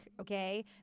okay